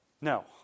No